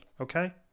Okay